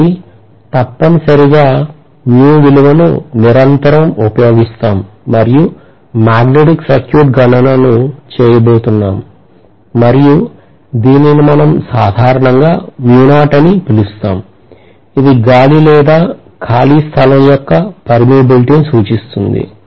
కాబట్టి తప్పనిసరిగా mu విలువను నిరంతరం ఉపయోగిస్తాం మరియు మాగ్నెటిక్ సర్క్యూట్ గణనను చేయబోతున్నాము మరియు దీనిని మనం సాధారణంగా mu not అని పిలుస్తాము ఇది గాలి లేదా ఖాళీ స్థలం యొక్క prermeability ని సూచిస్తుంది